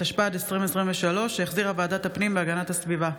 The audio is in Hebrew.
התשפ"ד 2023, שהחזירה ועדת הפנים והגנת הסביבה.